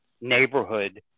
neighborhood